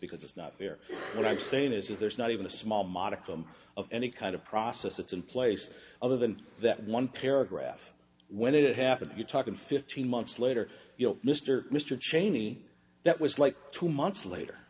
because it's not fair what i'm saying is that there's not even a small modicum of any kind of process that's in place other than that one paragraph when it happened you're talking fifteen months later you know mr mr cheney that was like two months later